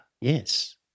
Yes